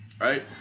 Right